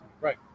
right